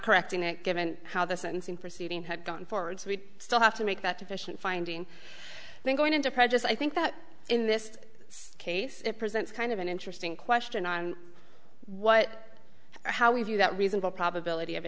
correcting it given how this unseen proceeding had gone forward so we still have to make that deficient finding them going into prejudice i think that in this case it presents kind of an interesting question on what how we view that reasonable probability of a